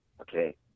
okay